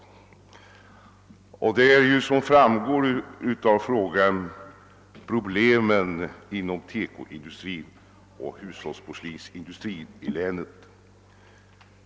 Det gäller, såsom framgår av frågan, problemen inom TEKO industrin och hushållsporslinsindustrin inom länet.